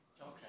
Okay